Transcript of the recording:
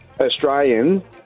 Australian